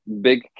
big